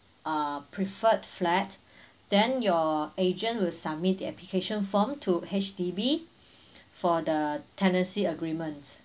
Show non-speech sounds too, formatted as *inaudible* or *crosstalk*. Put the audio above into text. uh preferred flat then your agent will submit the application form to H_D_B *breath* for the tenancy agreement